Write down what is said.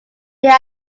there